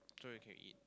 sure we can eat